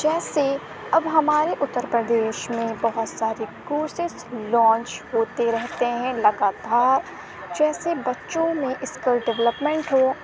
جیسے اب ہمارے اتر پردیش میں بہت سارے کورسیز لانچ ہوتے رہتے ہیں لگاتار جیسے بچوں میں اسکل ڈولپمنٹ ہو